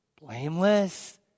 blameless